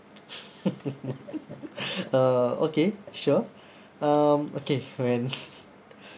uh okay sure um okay when